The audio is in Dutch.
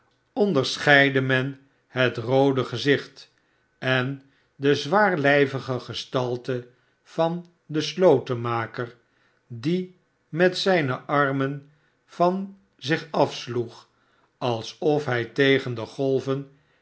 onderscheidde men het roode gezicht en de zwaarlijvige gestalte van den slotenmaker die met zijne armen van zich afsloeg alsof hij tegen de golven